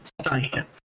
science